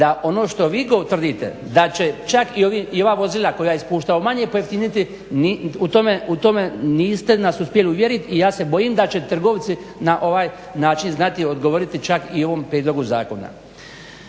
da ono što vi utvrdite da će čak i ova vozila koja ispuštaju manje pojeftiniti u tome niste nas uspjeli uvjeriti i ja se bojim da će trgovci na ovaj način znati odgovoriti čak i u ovom prijedlogu zakona.